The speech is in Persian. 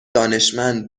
دانشمند